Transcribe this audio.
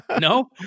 No